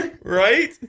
Right